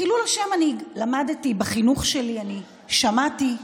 חילול השם, אני למדתי בחינוך שלי, אני שמעתי,